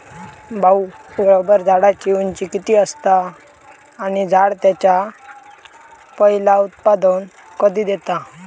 भाऊ, रबर झाडाची उंची किती असता? आणि झाड त्याचा पयला उत्पादन कधी देता?